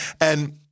And-